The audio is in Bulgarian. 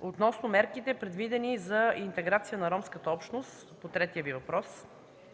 Относно мерките, предвидени за интеграция на ромската общност – по третия Ви въпрос,